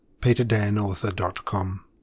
peterdanauthor.com